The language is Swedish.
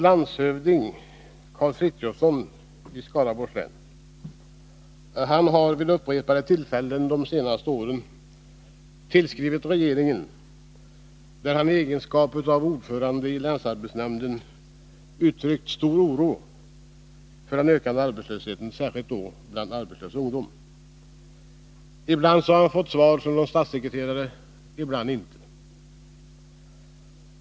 Landshövdingen i Skaraborgs län, Karl Frithiofson, har vid upprepade tillfällen under de senaste åren tillskrivit regeringen och i egenskap av ordförande i länsarbetsnämnden uttryckt stor oro för den ökande arbetslösheten, särskilt bland ungdomar. Ibland har han fått svar från någon statssekreterare, ibland inte.